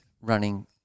running